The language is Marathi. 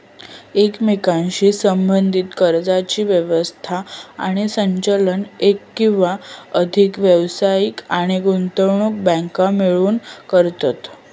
एकमेकांशी संबद्धीत कर्जाची व्यवस्था आणि संचालन एक किंवा अधिक व्यावसायिक आणि गुंतवणूक बँको मिळून करतत